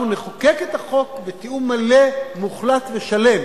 אנחנו נחוקק את החוק בתיאום מלא, מוחלט ושלם